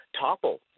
topple